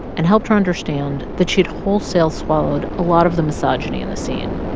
and helped her understand that she had wholesale swallowed a lot of the misogyny in the scene.